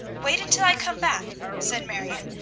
wait until i come back, said marion,